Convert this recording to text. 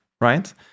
Right